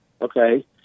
okay